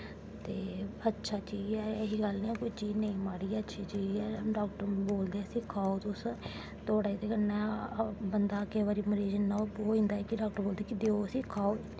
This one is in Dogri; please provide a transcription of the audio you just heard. ते अच्छा जाइयै एह् गल्ल ऐ चीज निं माड़ी अच्छी ऐ डाक्टर बोलदे न इस्सी खाओ तुस तोआढ़ा एह्दे कन्नै बंदा केईं बारी मरीज इन्ना ओह् होई जंदा ऐ कि डाक्टर बोलदे देओ इस्सी खाओ